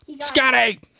Scotty